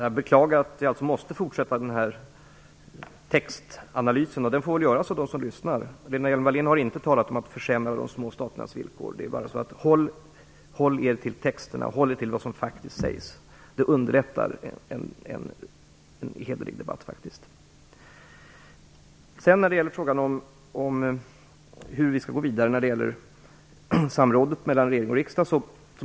Herr talman! Jag beklagar att vi måste fortsätta med den här textanalysen. Den får väl göras av dem som lyssnar. Lena Hjelm-Wallén har inte talat om att försämra de små staternas villkor. Vi bör hålla oss till texterna och vad som faktiskt sägs. Det underlättar för oss att föra en hederlig debatt. Sedan till frågan om hur vi skall gå vidare när det gäller samrådet mellan regering och riksdag.